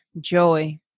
joy